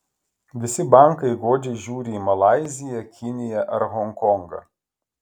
visi bankai godžiai žiūri į malaiziją kiniją ar honkongą